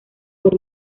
por